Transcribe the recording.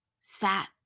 sat